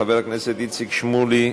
חבר הכנסת איציק שמולי,